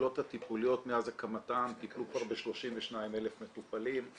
שהקהילות הטיפוליות מאז הקמתן טיפלו כבר ב-32,000 מטופלים.